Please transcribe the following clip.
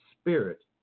spirit